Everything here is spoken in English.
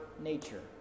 nature